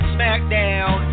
Smackdown